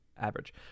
average